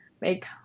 make